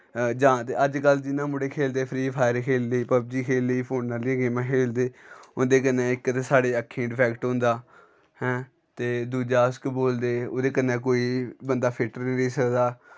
जां ते अजकल्ल जि'यां मुड़े खेलदे फ्री फायर खेल्ली लेई पबजी खेल्ली लेई फोन आह्लियां गेमां खेलदे उं'दे कन्नै इक ते साढ़ी अक्खियें गी डिफैक्ट होंदा हैं ते दूआ अस केह् बोलदे उ'दे कन्नै कोई बंदा फिट निं रेही सकदा